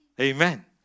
Amen